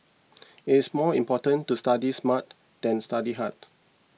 it is more important to study smart than study hard